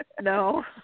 No